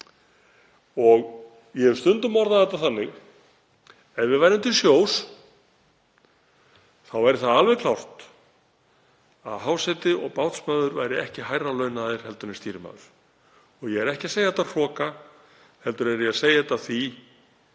Ég hef stundum orðað þetta þannig: Ef við værum til sjós væri það alveg klárt að háseti og bátsmaður væru ekki hærra launaðir en stýrimaður. Ég er ekki að segja þetta af hroka heldur er ég að spyrja: Hvar